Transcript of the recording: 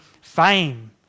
fame